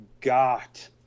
got